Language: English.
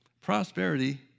prosperity